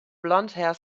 blondhair